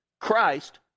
Christ